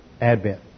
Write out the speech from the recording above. advent